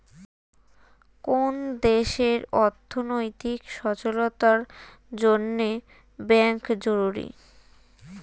কোন দেশের অর্থনৈতিক সচলতার জন্যে ব্যাঙ্ক জরুরি